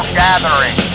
gathering